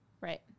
Right